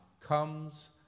comes